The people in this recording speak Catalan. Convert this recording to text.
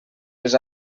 les